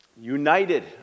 united